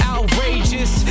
Outrageous